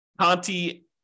Conti